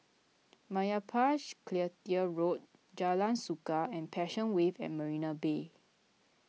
Meyappa Road Jalan Suka and Passion Wave at Marina Bay